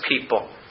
people